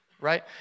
right